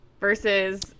versus